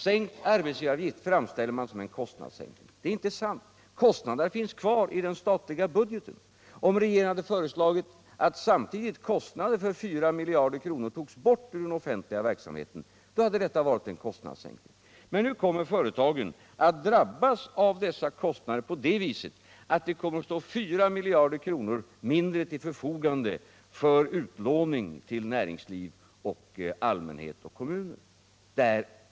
Sänkt arbetsgivaravgift framställs som en kostnadssänkning. Det är inte sant. Kostnaderna finns kvar i den statliga budgeten. Om regeringen hade föreslagit att samtidigt kostnader för 4 miljarder kronor togs bort ur den offentliga verksamheten hade det varit en kostnadssänkning. Men nu kommer företagen att drabbas av dessa kostnader på det viset att det kommer att stå 4 miljarder kronor mindre till förfogande för utlåning till näringsliv, allmänhet och kommuner.